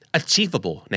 achievable